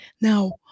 Now